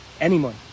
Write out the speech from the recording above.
Anymore